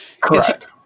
correct